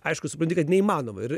aišku supranti kad neįmanoma ir